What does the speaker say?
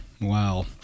wow